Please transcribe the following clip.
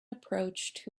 approached